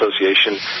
Association